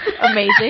amazing